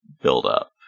build-up